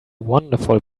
wonderful